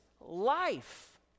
life